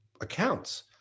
accounts